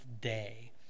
day